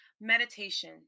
meditation